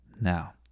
Now